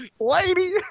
lady